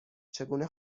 چگونه